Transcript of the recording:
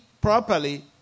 properly